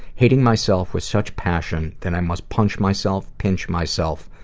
hating myself with such passion that i must punch myself, pinch myself,